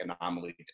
anomaly